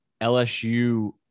LSU